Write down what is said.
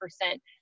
percent